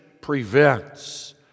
prevents